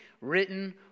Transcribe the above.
written